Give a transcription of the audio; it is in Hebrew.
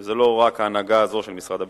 וזה לא רק ההנהגה הזאת של משרד הביטחון,